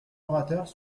orateurs